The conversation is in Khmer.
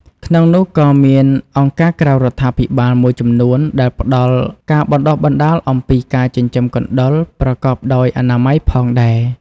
ក្នុងនោះក៏មានអង្គការក្រៅរដ្ឋាភិបាលមួយចំនួនដែលផ្ដល់ការបណ្តុះបណ្ដាលអំពីការចិញ្ចឹមកណ្តុរប្រកបដោយអនាម័យផងដែរ។